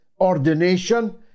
ordination